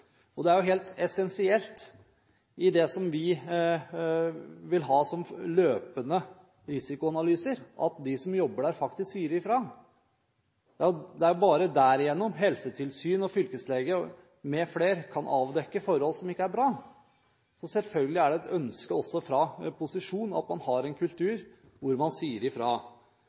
galt. Det er jo helt essensielt i det som vi vil ha som løpende risikoanalyser, at de som jobber der, faktisk sier ifra. Det er bare derigjennom Helsetilsynet, fylkeslege mfl. kan avdekke forhold som ikke er bra. Selvfølgelig er det et ønske også fra posisjonen at man har en kultur hvor man sier ifra.